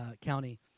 county